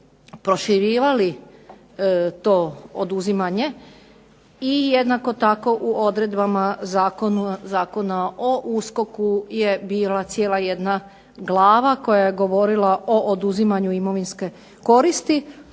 proširivali to oduzimanje i jednako tako u odredbama Zakona o USKOK-u je bila cijela jedna glava koja je govorila o oduzimanju imovinske koristi